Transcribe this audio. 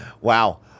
Wow